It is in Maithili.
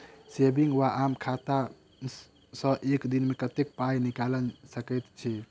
सेविंग वा आम खाता सँ एक दिनमे कतेक पानि निकाइल सकैत छी?